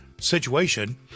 situation